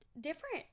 different